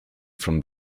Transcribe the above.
from